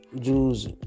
Jews